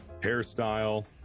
hairstyle